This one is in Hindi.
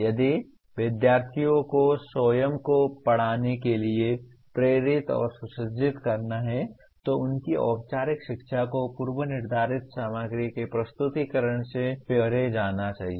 यदि विद्यार्थियों को स्वयं को पढ़ाने के लिए प्रेरित और सुसज्जित करना है तो उनकी औपचारिक शिक्षा को पूर्व निर्धारित सामग्री के प्रस्तुतीकरण से परे जाना चाहिए